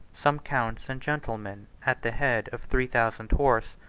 some counts and gentlemen, at the head of three thousand horse,